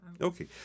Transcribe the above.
Okay